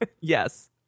Yes